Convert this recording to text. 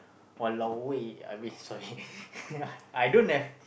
!walao! eh I mean sorry I don't have